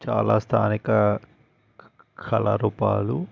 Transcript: చాలా స్థానిక కళారూపాలు